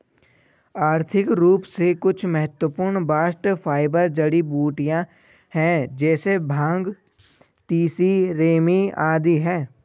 आर्थिक रूप से कुछ महत्वपूर्ण बास्ट फाइबर जड़ीबूटियां है जैसे भांग, तिसी, रेमी आदि है